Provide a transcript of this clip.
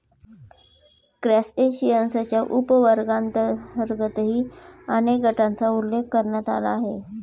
क्रस्टेशियन्सच्या उपवर्गांतर्गतही अनेक गटांचा उल्लेख करण्यात आला आहे